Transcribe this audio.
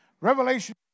Revelation